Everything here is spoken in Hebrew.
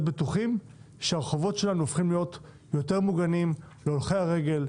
בטוחים שהרחובות שלנו הופכים להיות יותר מוגנים להולכי הרגל,